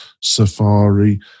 Safari